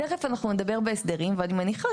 תכף אנחנו נדבר בהסדרים ואני מניחה